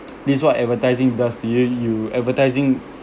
this is what advertising does to you you advertising